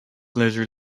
lizard